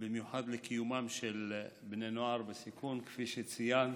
במיוחד לקיומם של בני נוער בסיכון, כפי שציינת.